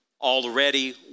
Already